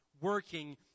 working